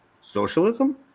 socialism